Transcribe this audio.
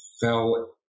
fell